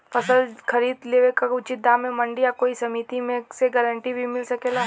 फसल खरीद लेवे क उचित दाम में मंडी या कोई समिति से गारंटी भी मिल सकेला?